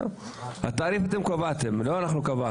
את התעריף אתם קבעתם לא אנחנו,